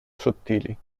sottili